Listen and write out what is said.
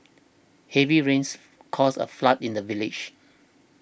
heavy rains caused a flood in the village